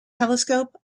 telescope